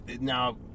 now